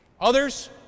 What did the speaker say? Others